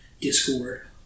Discord